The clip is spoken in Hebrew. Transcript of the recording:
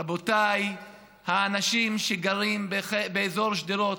רבותיי, האנשים שגרים באזור שדרות,